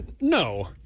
No